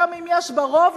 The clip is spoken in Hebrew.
גם אם יש בה רוב,